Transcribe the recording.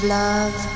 love